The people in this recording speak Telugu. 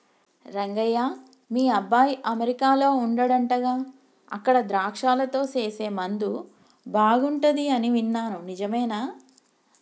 రంగయ్య మీ అబ్బాయి అమెరికాలో వుండాడంటగా అక్కడ ద్రాక్షలతో సేసే ముందు బాగుంటది అని విన్నాను నిజమేనా